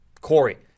Corey